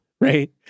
right